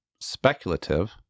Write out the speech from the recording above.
speculative